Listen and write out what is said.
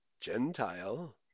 Gentile